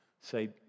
say